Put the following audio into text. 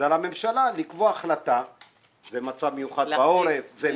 על הממשלה לקבוע החלטה של מצב מיוחד בעורף,